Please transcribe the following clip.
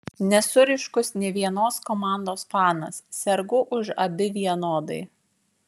nesu ryškus nė vienos komandos fanas sergu už abi vienodai